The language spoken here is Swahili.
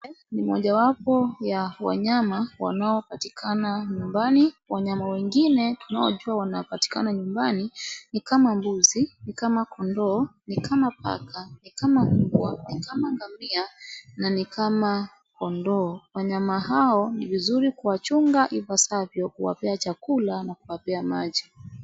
Hii ni mojawapo ya wanyama wanaopatikana nyumbani , wanyama wengine tunaojua wanapatikana nyumbani nikama mbuzi, nikama kondoo ,nikama paka ,nikama mbwa, nikama ngamia na nikama kondoo wanyama hao ni vizuri kuwachunga ipasavyo, kuwapea chakula na kuwapea maji.